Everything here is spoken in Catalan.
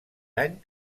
any